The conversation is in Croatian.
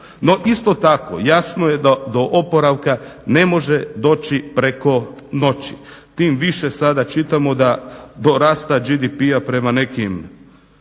No isto tako jasno da do oporavka ne može doći preko noći, tim više sada čitamo da do rasta GDP prema nekim